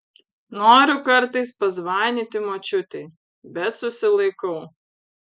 noriu kartais pazvanyti močiutei bet susilaikau